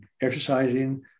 exercising